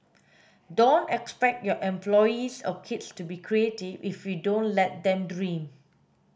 don't expect your employees or kids to be creative if you don't let them dream